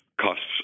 costs